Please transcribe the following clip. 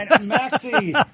Maxie